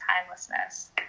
timelessness